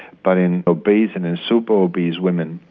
but in obese and in super-obese women,